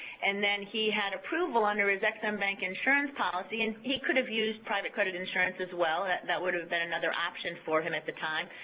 and then he had approval under his ex-im bank insurance policy, and he could have used private credit insurance as well, that would have been another option for him at the time,